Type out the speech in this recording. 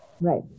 Right